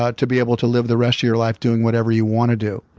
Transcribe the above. ah to be able to live the rest of your life doing whatever you want to do.